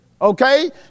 Okay